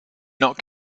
not